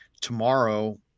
tomorrow